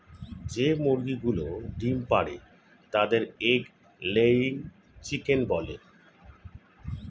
যে মুরগিগুলো ডিম পাড়ে তাদের এগ লেয়িং চিকেন বলে